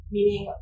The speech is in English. Meaning